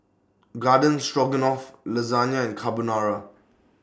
Garden Stroganoff Lasagna and Carbonara